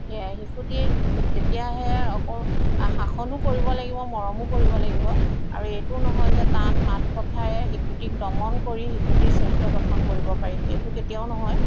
সেয়াই শিশুটি তেতিয়াহে অকণ শাসনো কৰিব লাগিব মৰমো কৰিব লাগিব আৰু এইটো নহয় যে টান মাত কথায়ে শিশুটিক দমন কৰি শিশুটিৰ চৰিত্ৰ গঠন কৰিব পাৰি এইটো কেতিয়াও নহয়